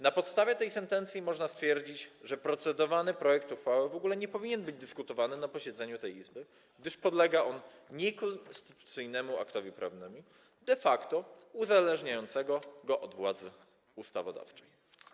Na podstawie tej sentencji można stwierdzić, że procedowany projekt uchwały w ogóle nie powinien być dyskutowany na posiedzeniu tej Izby, gdyż podlega on niekonstytucyjnemu aktowi prawnemu, de facto uzależniającemu go od władzy ustawodawczej.